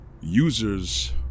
Users